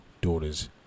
daughters